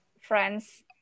friends